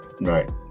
right